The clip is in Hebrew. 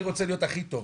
אני רוצה להיות הכי טוב,